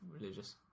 religious